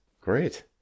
great